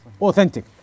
authentic